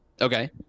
Okay